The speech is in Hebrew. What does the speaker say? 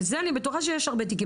בזה אני בטוחה שיש הרבה תיקים,